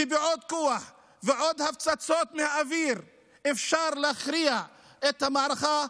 ובעוד כוח ובעוד הפצצות מהאוויר אפשר להכריע את המערכה,